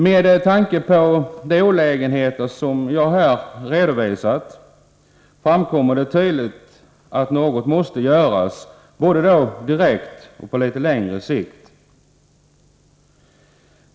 Med tanke på de olägenheter som jag har redovisat är det alldeles tydligt att något måste göras, både direkt och på litet längre sikt.